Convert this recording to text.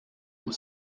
was